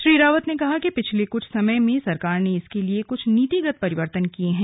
श्री रावत ने कहा कि पिछले कुछ समय में सरकार ने इसके लिए कुछ नीतिगत परिवर्तन किए हैं